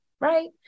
right